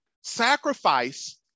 sacrifice